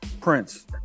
Prince